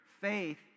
faith